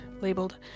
labeled